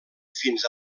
fins